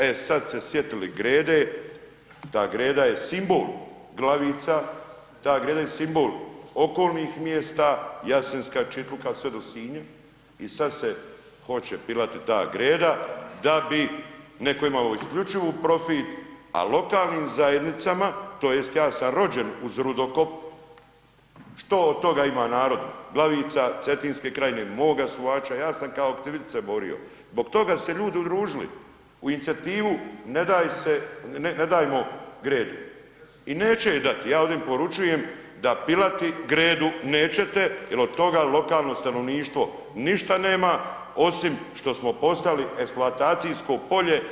E sad se sjetili Grede, ta Greda je simbol Glavica, ta Greda je simbol okolnih mjesta, Jasenska, Čitluka, sve do Sinja i sad se hoće pilati ta Greda da bi netko imao isključivu profit, a lokalnim zajednicama tj. ja sam rođen uz rudokop, što od toga ima narod Glavica, Cetinske krajine, moga ... ja sam kao aktivist se borio, zbog toga se ljudi udružili u inicijativu Ne dajmo Gredu i neće je dat, ja im ovdje poručujem da pilati Gredu nećete jer od toga lokalno stanovništvo ništa nema osim što smo postali eksploatacijsko polje